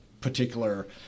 particular